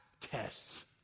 tests